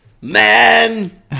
man